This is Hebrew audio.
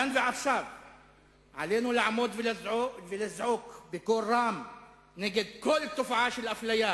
כאן ועכשיו עלינו לעמוד ולזעוק בקול רם נגד כל תופעה של אפליה,